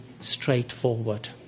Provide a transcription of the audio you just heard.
straightforward